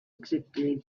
exactly